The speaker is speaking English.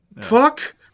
fuck